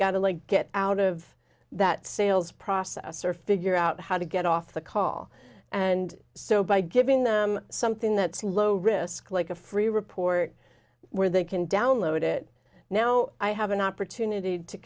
got to like get out of that sales process or figure out how to get off the call and so by giving them something that's low risk like a free report where they can download it now i have an opportunity to